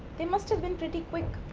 they must have been pretty quick.